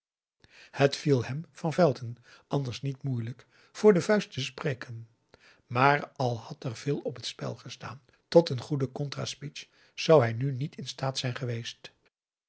het viel hem van velton anders niet moeilijk voor de vuist te spreken maar al had er veel op t spel gestaan tot een goede contra speech zou hij nu niet in staat zijn geweest